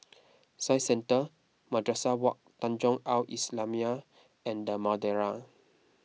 Science Centre Madrasah Wak Tanjong Al Islamiah and the Madeira